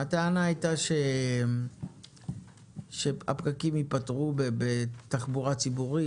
הטענה הייתה שהפקקים ייפתרו בתחבורה ציבורית,